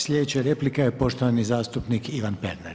Slijedeća replika je poštovani zastupnik Ivan Pernar.